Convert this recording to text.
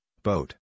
Boat